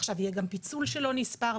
עכשיו יהיה פיצול שלא נספר,